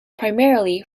primarily